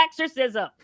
exorcism